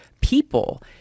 people